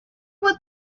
what